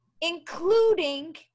including